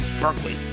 Berkeley